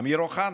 אמיר אוחנה,